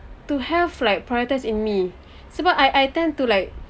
to have like prioritise in me sebab I I tend to like